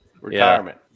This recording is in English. Retirement